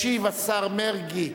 ישיב השר מרגי.